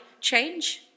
change